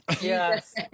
Yes